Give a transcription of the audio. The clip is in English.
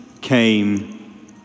came